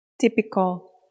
typical